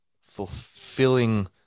fulfilling